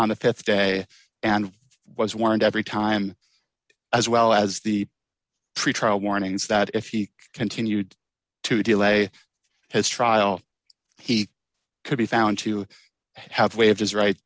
on the th day and was warned every time as well as the pretrial warnings that if he continued to delay his trial he could be found to have waived his right